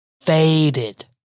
faded